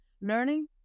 Learning